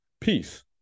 peace